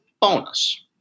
bonus